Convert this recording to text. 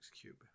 cube